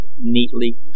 neatly